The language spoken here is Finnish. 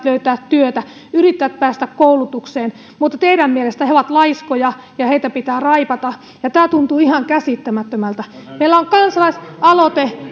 löytää työtä yrittävät päästä koulutukseen mutta teidän mielestänne he ovat laiskoja ja heitä pitää raipata tämä tuntuu ihan käsittämättömältä meillä on kansalais aloite